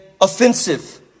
offensive